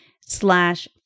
slash